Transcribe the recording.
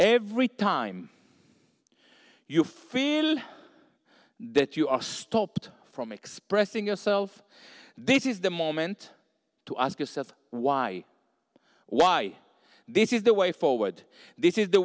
every time you feel that you are stopped from expressing yourself this is the moment to ask yourself why why this is the way forward this is the